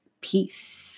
peace